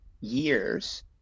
years